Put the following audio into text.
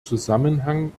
zusammenhang